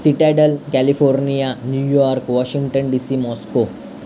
citadel California New York Washington DC Moscow